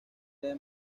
debe